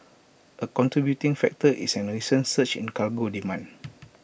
A contributing factor is A recent surge in cargo demand